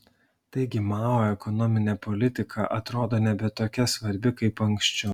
taigi mao ekonominė politika atrodo nebe tokia svarbi kaip anksčiau